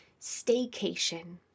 staycation